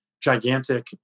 gigantic